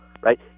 right